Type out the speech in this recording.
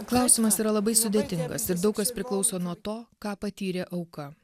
klausimas yra labai sudėtingas ir daug kas priklauso nuo to ką patyrė auka